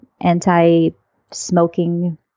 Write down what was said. anti-smoking